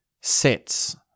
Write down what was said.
sets